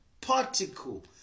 particle